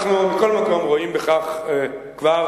מכל מקום, אנחנו רואים בכך צעד.